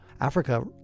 Africa